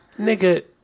Nigga